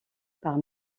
par